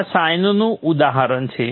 આ સાઇનનું ઉદાહરણ છે